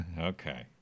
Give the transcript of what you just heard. Okay